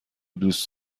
دوست